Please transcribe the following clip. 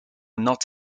not